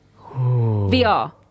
VR